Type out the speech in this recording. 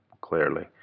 clearly